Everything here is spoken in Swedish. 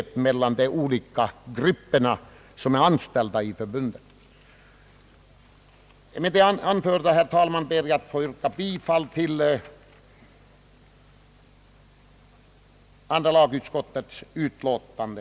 Med det anförda, herr talman, ber jag att få yrka bifall till andra lagutskottets utlåtande.